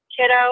kiddo